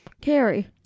Carrie